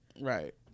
Right